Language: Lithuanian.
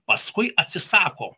paskui atsisako